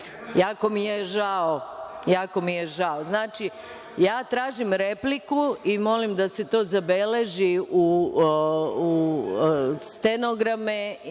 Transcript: Jako mi je žao. Znači, ja tražim repliku i molim da se to zabeleži u stenograme,